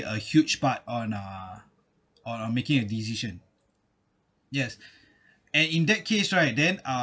a huge part on uh on uh making a decision yes and in that case right then uh